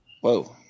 Whoa